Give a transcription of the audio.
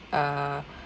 uh